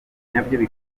nabyo